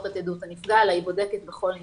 את עדות הנפגע אלא היא בודקת בכל עניין.